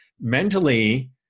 mentally